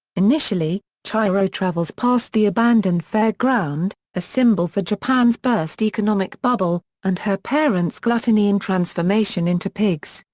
initially, chihiro travels past the abandoned fairground, a symbol for japan's burst economic bubble, and her parents' gluttony and transformation into pigs,